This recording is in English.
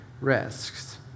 risks